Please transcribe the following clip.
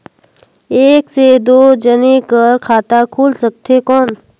एक से दो जने कर खाता खुल सकथे कौन?